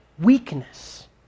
weakness